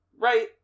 right